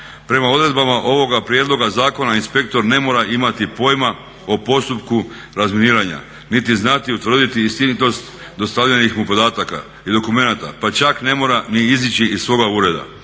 Prema odredbama ovoga prijedloga zakona inspektor ne mora imati pojma o postupku razminiranja niti znati utvrditi istinitost dostavljenih mu podataka i dokumenata, pa čak ne mora ni izići iz svoga ureda.